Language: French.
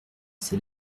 ses